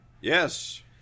Yes